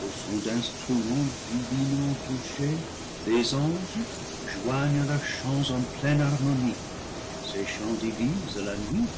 au son d'instruments divinement touchés les anges joignent leurs chants en pleine harmonie ces chants divisent la nuit